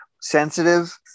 sensitive